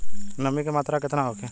नमी के मात्रा केतना होखे?